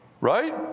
right